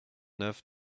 neuf